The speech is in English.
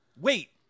Wait